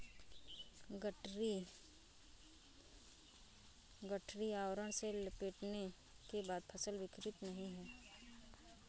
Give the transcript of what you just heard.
गठरी आवरण से लपेटने के बाद फसल बिखरती नहीं है